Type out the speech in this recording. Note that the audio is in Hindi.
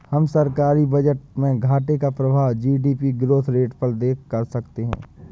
हम सरकारी बजट में घाटे का प्रभाव जी.डी.पी ग्रोथ रेट पर देख सकते हैं